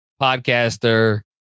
podcaster